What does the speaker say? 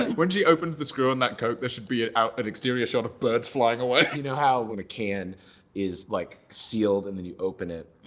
when she opened the screw on that coke, there should be out an exterior shot of birds flying away you know how when a can is like sealed and then you open it,